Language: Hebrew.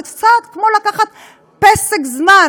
זה קצת כמו לקחת פסק זמן,